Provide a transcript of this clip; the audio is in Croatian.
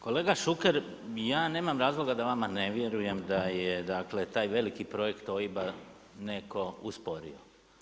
Kolega Šuker, ja nemam razloga da vama ne vjerujem da je dakle taj veliki projekt OIBA netko usporio.